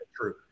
true